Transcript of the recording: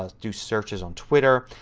ah do searches on twitter,